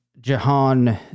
Jahan